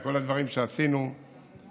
את כל הדברים שעשינו כמדיניות,